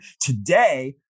Today